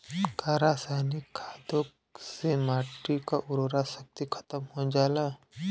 का रसायनिक खादों से माटी क उर्वरा शक्ति खतम हो जाला?